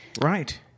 Right